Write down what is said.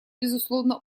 безусловно